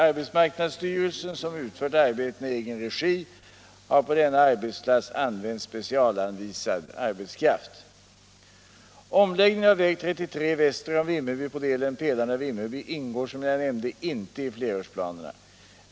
Arbetsmarknadsstyrelsen, som utfört arbetena i egen regi, har på denna arbetsplats använt specialanvisad arbetskraft. Omläggning av väg 33 väster om Vimmerby på delen Pelarne-Vimmerby ingår, som jag nämnde, inte i flerårsplanerna.